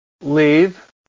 leave